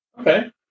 Okay